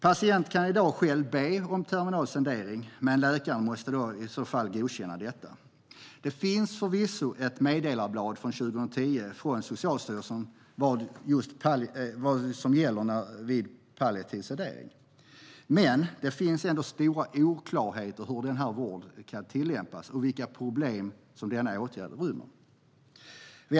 Patienten kan i dag själv be om terminal sedering, men läkaren måste i så fall godkänna detta. Det finns förvisso ett meddelandeblad från 2010 från Socialstyrelsen om vad som gäller vid palliativ sedering. Men det finns ändå stora oklarheter i fråga om hur denna vård kan tillämpas och vilka problem denna åtgärd rymmer.